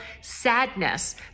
sadness